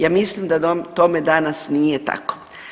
Ja mislim da tome danas nije tako.